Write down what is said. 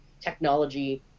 technology